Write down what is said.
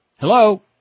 Hello